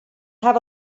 have